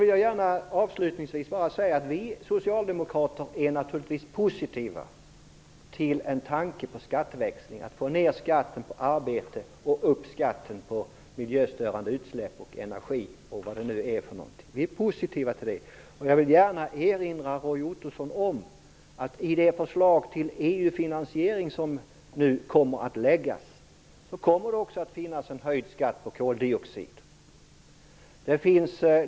Avslutningsvis vill jag bara säga att vi socialdemokrater naturligtvis är positiva till en tanke på skatteväxling, att få ner skatten på arbete och upp skatten på miljöstörande utsläpp och energi. Jag vill gärna erinra Roy Ottosson om att i det förslag till EU finansiering som nu kommer att läggas fram kommer det också att finnas med en höjd skatt på koldioxid.